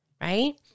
right